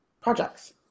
projects